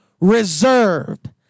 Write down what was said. reserved